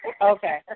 Okay